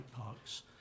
Parks